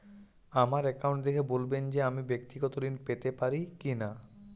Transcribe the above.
আমার অ্যাকাউন্ট দেখে বলবেন যে আমি ব্যাক্তিগত ঋণ পেতে পারি কি না?